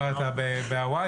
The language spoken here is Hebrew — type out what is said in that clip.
אתה בהוואי?